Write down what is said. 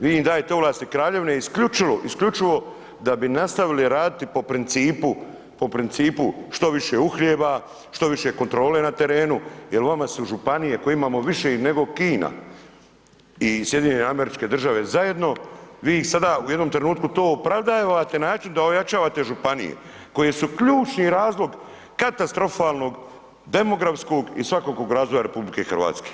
Vi im dajete ovlasti kraljevine isključivo da bi nastavili raditi po principu što više uhljeba, što više kontrole na terenu jer vama su županije koje imamo više ih nego Kina i SAD zajedno, vi ih sada u jednom trenutku to opravdate na način da ojačavate županije koje su ključni razlog katastrofalnog demografskog i svakog razdora RH.